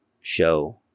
show